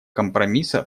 компромисса